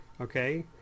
Okay